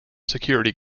security